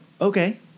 Okay